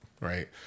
right